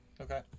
Okay